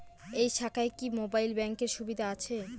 এই শাখায় কি মোবাইল ব্যাঙ্কের সুবিধা আছে?